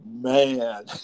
man